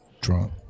drunk